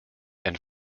and